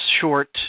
short